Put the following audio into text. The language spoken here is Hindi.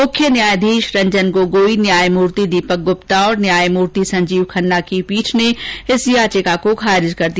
मुख्य न्यायाधीश रंजन गोगोई न्यायमूर्ति दीपक गुप्ता और न्यायमूर्ति संजीव खन्ना की पीठ ने इस याचिका को खारिज कर दिया